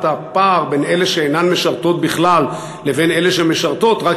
הפער בין אלה שאינן משרתות בכלל לבין אלה שמשרתות רק